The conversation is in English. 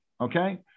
okay